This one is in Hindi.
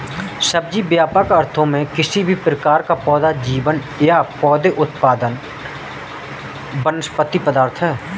सब्जी, व्यापक अर्थों में, किसी भी प्रकार का पौधा जीवन या पौधे उत्पाद वनस्पति पदार्थ है